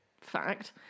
fact